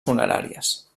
funeràries